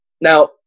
Now